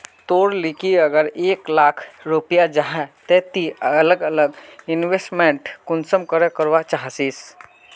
तोर लिकी अगर एक लाख रुपया जाहा ते ती अलग अलग इन्वेस्टमेंट कुंसम करे करवा चाहचिस?